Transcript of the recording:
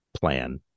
plan